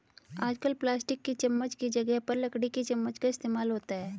आजकल प्लास्टिक की चमच्च की जगह पर लकड़ी की चमच्च का इस्तेमाल होता है